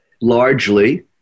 largely